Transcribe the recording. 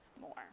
more